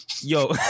yo